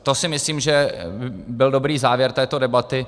To si myslím, že byl dobrý závěr této debaty.